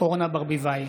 אורנה ברביבאי,